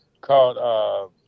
called